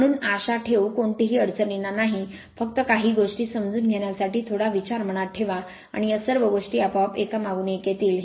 म्हणून आशा ठेवू कोणतीही अडचण येणार नाही फक्त काही गोष्टी समजून घेण्यासाठी थोडासा विचार मनात ठेवा आणि या सर्व गोष्टी आपोआप एकामागून एक येतील